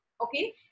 Okay